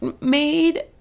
made